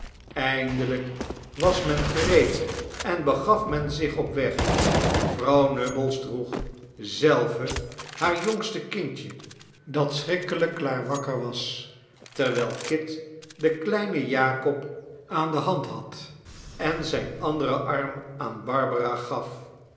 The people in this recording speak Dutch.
eindelijk was men gereed en begaf men zich op weg vrouw nubbles droeg zelve haar jongste kindje dat schrikkelijk klaar wakker was terwijl kit den kleinen jakob aan de hand had en zijn anderen arm aan barbara gaf